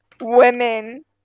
women